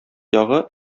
ягы